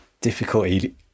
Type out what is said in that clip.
difficulty